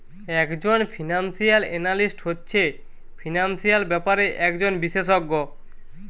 একজন financial analyst হচ্ছে financial ব্যাপারে একজন বিশেষজ্ঞ